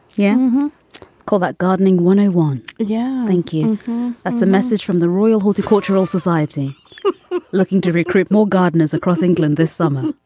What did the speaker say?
yeah call that gardening one i want. yeah, thank. that's a message from the royal horticultural society looking to recruit more gardeners across england this summer